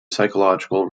psychological